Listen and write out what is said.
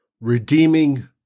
redeeming